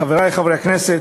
חברי חברי הכנסת,